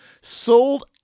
sold